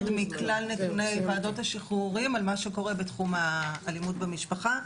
מכלל נתוני ועדות שחרורים על מה שקורה בתחום אלימות במשפחה.